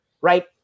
Right